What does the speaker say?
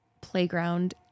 playground